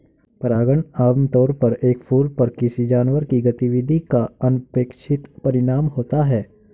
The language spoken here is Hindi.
परागण आमतौर पर एक फूल पर किसी जानवर की गतिविधि का अनपेक्षित परिणाम होता है